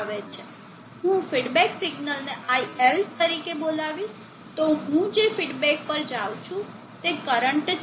હું ફીડબેક સિગ્નલને iL તરીકે બોલાવીશ તો હું જે ફિડબેક પર જાઉં છું તે કરંટ છે